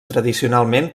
tradicionalment